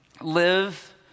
live